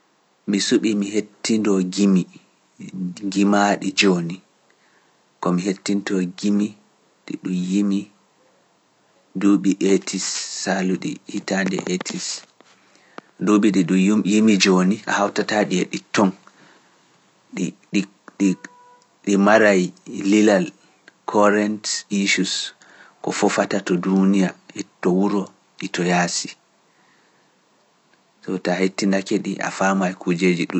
Mi suɓi mi hettindoo jimi, jimaaɗi jooni, ko mi hettindoo jimi ɗi ɗum yimi duuɓi etis saalu ɗi hitaande etis, duuɓi ɗi ɗum yimi jooni a hawtataa ɗi e ɗi ton, ɗi maray lilal Korent Isus ko fofata to duuniya e to wuro e to yaasi. So taa hettindake ɗi a faama e kujeeji ɗu.